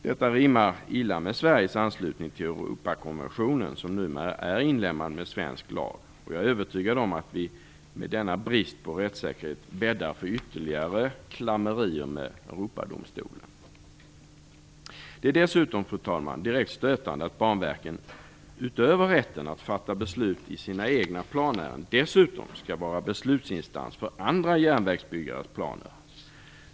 Detta rimmar illa med Sveriges anslutning till Europakonventionen, som numera är inlemmad i svensk lag. Jag är övertygad om att vi med denna brist på rättssäkerhet bäddar för ytterligare klammerier med Europadomstolen. Det är dessutom, fru talman, direkt stötande att Banverket, utöver rätten att fatta beslut i sina egna planärenden, dessutom skall vara beslutsinstans för andra järnvägsbyggares planer.